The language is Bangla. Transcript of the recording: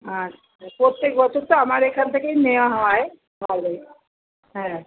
আচ্ছা প্রত্যেক বছর তো আমার এখান থেকেই নেওয়া হয় ভালোই হ্যাঁ